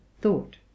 thought